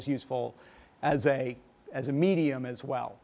is useful as a as a medium as well